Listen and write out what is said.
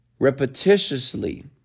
repetitiously